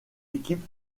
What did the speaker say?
équipe